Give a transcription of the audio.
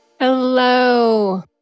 Hello